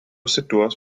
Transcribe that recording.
situas